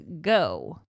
go